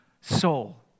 soul